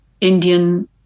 Indian